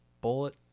bullet